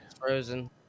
frozen